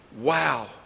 Wow